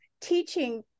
teaching